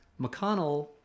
McConnell